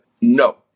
no